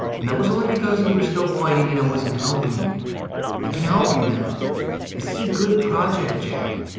and that was only because we were still fighting and i wasn't helping you. i can help you now. this is a good project, jack.